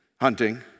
hunting